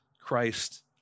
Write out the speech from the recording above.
Christ